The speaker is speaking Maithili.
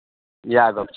इएह गप छै